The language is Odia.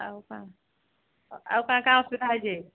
ଆଉ କ'ଣ ଆଉ କି କି ଅସୁବିଧା ହୋଇଛି